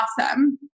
awesome